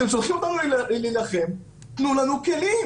אתם שולחים אותנו להילחם, תנו לנו כלים.